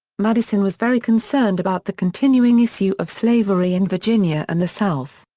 madison was very concerned about the continuing issue of slavery in virginia and the south.